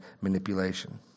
manipulation